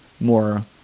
more